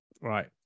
right